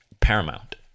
paramount